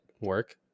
work